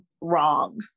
wrong